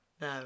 No